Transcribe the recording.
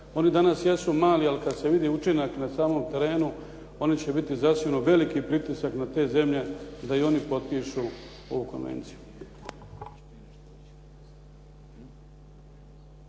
One danas jesu mali, ali kad se vidi učinak na samom terenu oni će biti zasigurno veliki pritisak na te zemlje da i oni potpišu ovu konvenciju.